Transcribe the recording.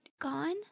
gone